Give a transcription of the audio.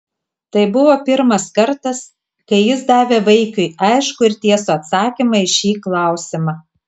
tai buvo pirmas kartas kai jis davė vaikiui aiškų ir tiesų atsakymą į šį klausimą